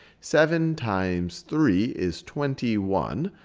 seven times three is twenty one,